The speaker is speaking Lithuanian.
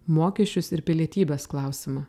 mokesčius ir pilietybės klausimą